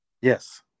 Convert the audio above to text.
Yes